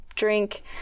Drink